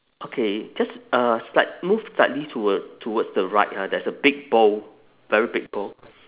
okay just uh slight move slightly toward towards the right right there is a big bowl very big bowl